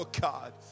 God